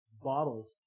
bottles